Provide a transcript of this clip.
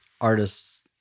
artists